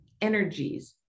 energies